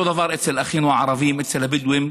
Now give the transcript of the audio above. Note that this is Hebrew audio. אותו דבר אצל אחינו הערבים, אצל הבדואים.